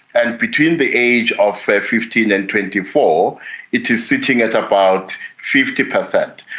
and between the age of fifteen and twenty four it is sitting at about fifty percent.